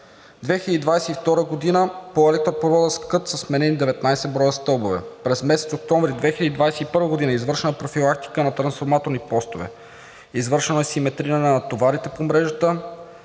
2022 г. по електропровода „Скът“ са сменени 19 броя стълбове; - През месец октомври 2021 г. е извършена профилактика на трансформаторни постове; - Извършено е симетриране на товарите по мрежата;